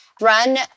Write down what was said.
run